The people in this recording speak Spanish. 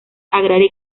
agraria